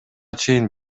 чейин